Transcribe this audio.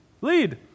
lead